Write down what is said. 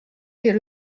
des